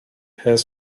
has